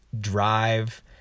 drive